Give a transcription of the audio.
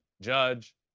Judge